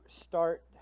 start